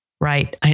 Right